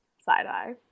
Side-eye